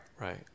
Right